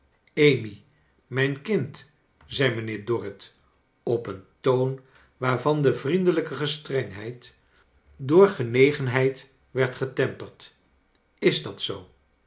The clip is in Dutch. amy mij a kind zei mijnheer dorrit op een toon waarvan de vriendelijke gestrengheid door genegenheid werd getemperd is dat zoo